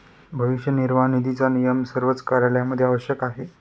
भविष्य निर्वाह निधीचा नियम सर्वच कार्यालयांमध्ये आवश्यक आहे